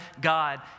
God